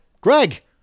Greg